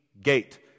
gate